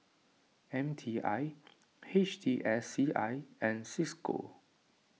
M T I H T S C I and Cisco